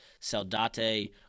Saldate